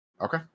okay